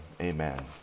Amen